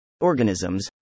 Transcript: Organisms